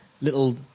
little